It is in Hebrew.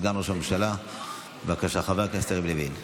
סגן ראש הממשלה, חבר הכנסת יריב לוין.